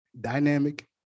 dynamic